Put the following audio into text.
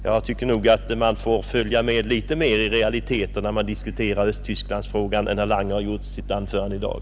Jag tycker att man får följa med litet mer i realiteterna när man diskuterar Östtysklandsfrågan än herr Lange gjort i sitt anförande i dag.